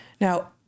Now